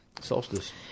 Solstice